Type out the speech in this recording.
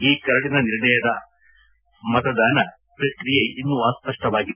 ಈ ಕರದಿನ ನಿರ್ಣಾಯಕದ ಮತದಾನ ಪ್ರಕ್ರಿಯೆ ಇನ್ನೂ ಅಸ್ಸಷ್ಟವಾಗಿದೆ